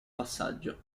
passaggio